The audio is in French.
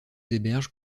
héberge